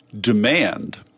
demand